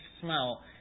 smell